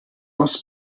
was